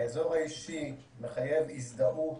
האזור האישי מחייב הזדהות